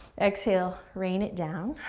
exhale, rain it down.